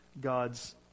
God's